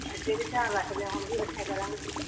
ਅੱਗੇ ਵੀ ਧਿਆਨ ਰੱਖਦੇ ਹਾਂ ਹੁਣ ਵੀ ਰੱਖਿਆ ਕਰਾਂਗੇ ਜੀ